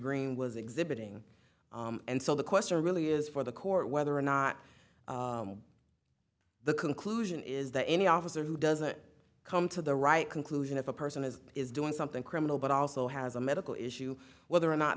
green was exhibiting and so the question really is for the court whether or not the conclusion is that any officer who doesn't come to the right conclusion if a person is is doing something criminal but also has a medical issue whether or not